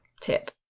tip